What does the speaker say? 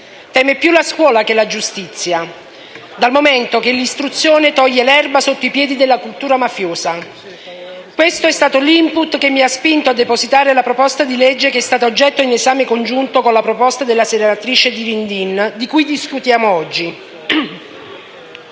teme più la scuola che la giustizia», dal momento che «l'istruzione toglie l'erba sotto i piedi della cultura mafiosa». Questo è stato l'*input* che mi ha spinto a depositare la proposta di legge che è stata oggetto di esame congiunto con la proposta della senatrice Dirindin che discutiamo oggi.